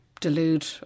delude